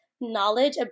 knowledge